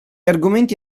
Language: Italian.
argomenti